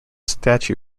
statue